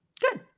Good